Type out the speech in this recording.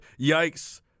Yikes